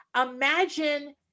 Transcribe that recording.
Imagine